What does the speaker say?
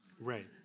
Right